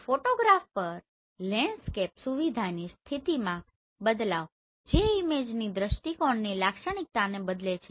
photograph પર landscape સુવિધાની સ્થિતિમાં બદલાવ જે ઇમેજની દ્રષ્ટિકોણની લાક્ષણિકતાને બદલે છે